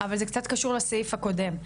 אבל זה קצת קשור לסעיף הקודם,